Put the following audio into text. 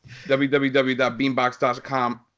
www.beanbox.com